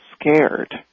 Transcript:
scared